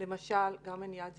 מניעת זיהומים.